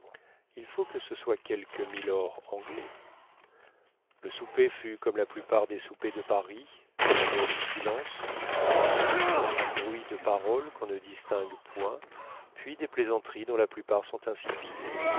il faut que ce soit quelque milord anglais le souper fut comme la plupart des soupers de paris d'abord du silence ensuite un bruit de paroles qu'on ne distingue point puis des plaisanteries dont la plupart sont insipides